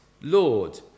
Lord